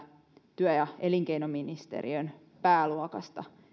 työ ja elinkeinoministeriön pääluokasta